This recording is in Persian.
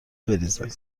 بریزه